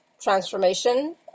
transformation